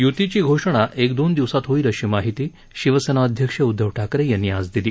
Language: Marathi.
य्तीची घोषणा एक दोन दिवसात होईल अशी माहिती शिवसेना अध्यक्ष उद्धव ठाकरे यांनी आज दिली